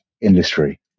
industry